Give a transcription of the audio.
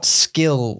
skill